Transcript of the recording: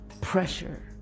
pressure